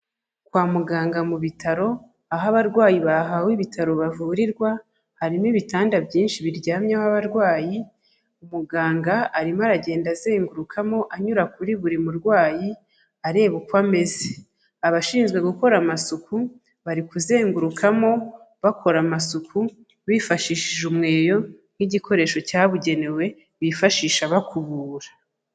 Kwa muganga mu bitaro aho abarwayi bahawe ibitaro bavurirwa, harimo ibitanda byinshi biryamyeho abarwayi, umuganga arimo aragenda azengurukamo anyura kuri buri murwayi, areba uko ameze. Abashinzwe gukora amasuku bari kuzengurukamo bakora amasuku, bifashishije umweyo nk'igikoresho cyabugenewe bifashisha bakubura.